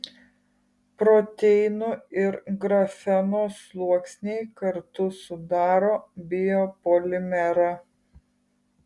proteinų ir grafeno sluoksniai kartu sudaro biopolimerą